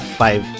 five